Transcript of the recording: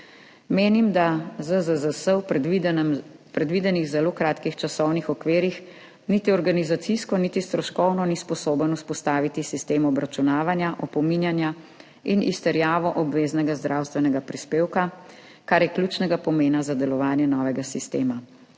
Menim, da ZZZS v predvidenih zelo kratkih časovnih okvirih niti organizacijsko niti stroškovno ni sposoben vzpostaviti sistem obračunavanja, opominjanja in izterjavo obveznega zdravstvenega prispevka, kar je ključnega pomena za delovanje novega sistema.